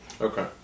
Okay